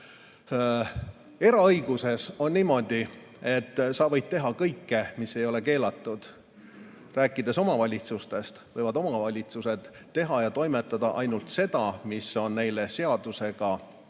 Eraõiguses on niimoodi, et sa võid teha kõike, mis ei ole keelatud. Rääkides omavalitsustest, siis omavalitsused võivad teha ainult seda, mis on neile seadusega